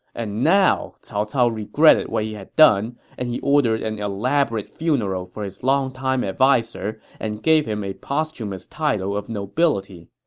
and now, cao cao regretted what he had done, and he ordered an elaborate funeral for his longtime adviser and gave him a posthumous title of nobility.